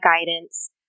guidance